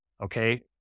okay